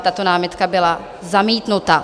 Tato námitka byla zamítnuta.